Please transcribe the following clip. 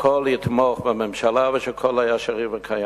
יתמוך בממשלה והכול היה שריר וקיים.